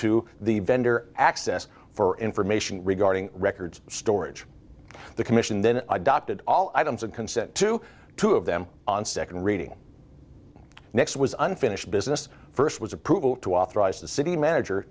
to the vendor access for information regarding records storage the commission then adopted all items of consent to two of them on second reading next was unfinished business first was approval